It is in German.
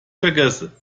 vergesse